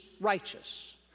righteous